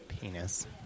penis